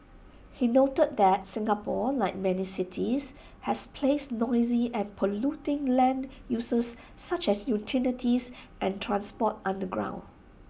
he noted that Singapore like many cities has placed noisy and polluting land uses such as utilities and transport underground